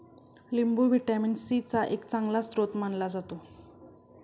लिंबू vitamin C चा एक चांगला स्रोत मानला जातो